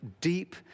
deep